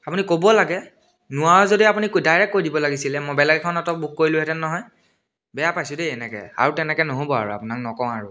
আপুনি ক'ব লাগে নোৱাৰে যদি আপুনি ডাইৰেক্ট কৈ দিব লাগিছিলে মই বেলেগ এখন অট' বুক কৰিলোহেঁতেন নহয় বেয়া পাইছোঁ দেই এনেকৈ আৰু তেনেকৈ নহ'ব আৰু আৰু আপোনাক নকওঁ আৰু